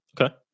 Okay